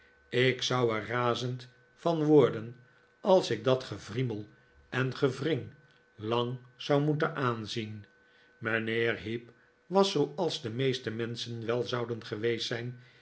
ik zou er razend van worden als ik dat gewriemel en gewring lang zou moeten aanzien mijnheer heep was zooals de meeste menschen wel zouden geweest zijn